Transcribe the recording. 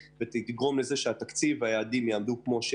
ותגרום לכך שהתקציב יתנהל על פי היעדים הקבועים.